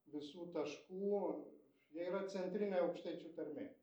visų taškų jie yra centrinė aukštaičių tarmė